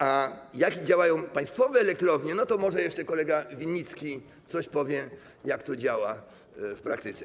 A jak działają państwowe elektrownie, to może jeszcze kolega Winnicki coś powie, jak to działa w praktyce.